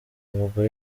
ubwo